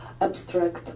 abstract